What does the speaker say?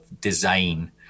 design